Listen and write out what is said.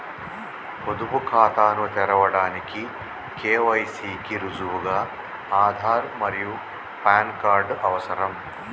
పొదుపు ఖాతాను తెరవడానికి కే.వై.సి కి రుజువుగా ఆధార్ మరియు పాన్ కార్డ్ అవసరం